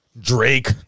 Drake